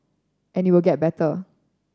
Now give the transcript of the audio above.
and it will get better